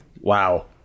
Wow